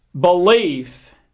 Belief